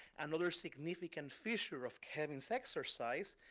another significant feature of kevin's exercise,